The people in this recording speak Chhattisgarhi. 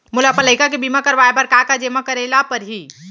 मोला अपन लइका के बीमा करवाए बर का का जेमा करे ल परही?